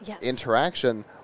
interaction